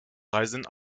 reisenden